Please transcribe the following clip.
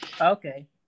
Okay